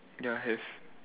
ya have